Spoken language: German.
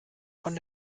von